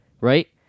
right